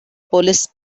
police